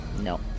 No